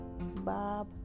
Bob